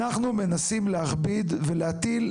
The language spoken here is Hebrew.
אנחנו מנסים להכביד ולהטיל,